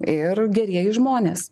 ir gerieji žmonės